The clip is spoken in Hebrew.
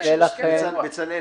כמה זמן לקח לחתום אותו?